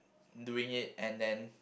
doing it and then